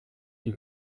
ich